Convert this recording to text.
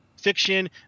fiction